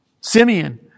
Simeon